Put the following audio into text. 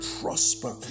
prosper